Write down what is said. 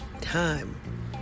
time